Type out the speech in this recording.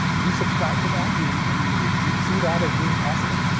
do you subscribe to that? do do you do you see that as being possible?